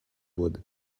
wood